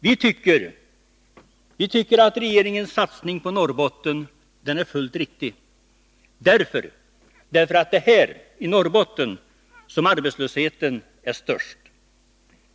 Vi tycker att regeringens satsning på Norrbotten är riktig, därför att det är här arbetslösheten är störst.